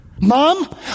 Mom